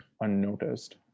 unnoticed